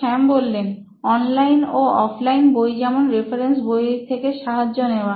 শ্যাম online ও offline বই যেমন রেফারেন্স বই থেকে সাহায্য নেওয়া